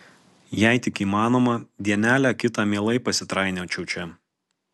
jei tik įmanoma dienelę kitą mielai pasitrainiočiau čia